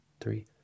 three